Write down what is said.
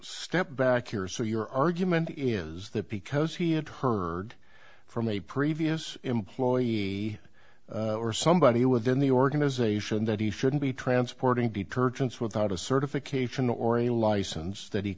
step back years so your argument is that because he had heard from a previous employee or somebody within the organization that he shouldn't be transporting be purchased without a certification or a license that he